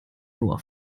nur